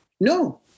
no